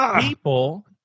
people